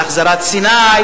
על החזרת סיני,